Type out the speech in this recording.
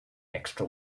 extra